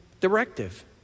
directive